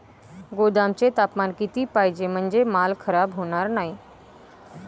गोदामाचे तापमान किती पाहिजे? म्हणजे माल खराब होणार नाही?